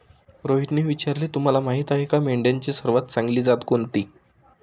रोहितने विचारले, तुला माहीत आहे का मेंढ्यांची सर्वात चांगली जात कोणती?